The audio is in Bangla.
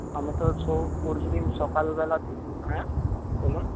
আমি তো পরশুদিন সকালবেলার হ্যাঁ বলুন